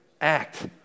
act